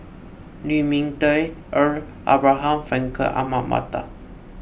Lu Ming Teh Earl Abraham Frankel Ahmad Mattar